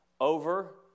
over